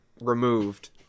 removed